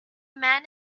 man